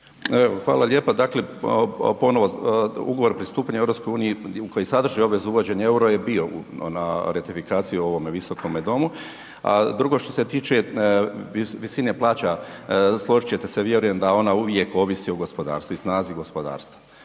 Hvala lijepa. Dakle ponovo, Ugovor o pristupanju EU koji sadrži obvezu uvođenja eura je bio na ratifikaciji u ovome Visokome domu. A drugo što se tiče visine plaća složiti ćete se vjerujem da ona uvijek ovisi o gospodarstvu i snazi gospodarstva.